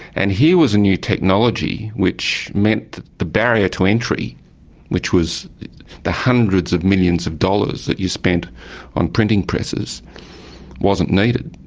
and here was a new technology which meant that the barrier to entry which was the hundreds of millions of dollars that you spent on printing presses wasn't needed.